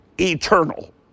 eternal